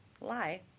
lie